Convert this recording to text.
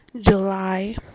July